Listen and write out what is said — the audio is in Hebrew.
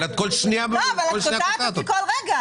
את קוטעת אותי בכל רגע.